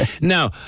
Now